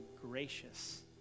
gracious